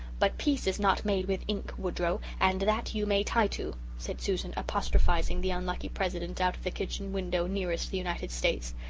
but peace is not made with ink, woodrow, and that you may tie to, said susan, apostrophizing the unlucky president out of the kitchen window nearest the united states.